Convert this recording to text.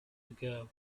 ago